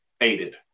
aided